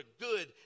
good